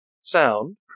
sound